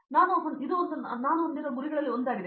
ಹಾಗಾಗಿ ನಾನು ಹೊಂದಿರುವ ಗುರಿಗಳಲ್ಲಿ ಒಂದಾಗಿದೆ